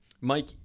mike